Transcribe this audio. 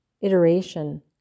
iteration